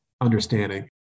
understanding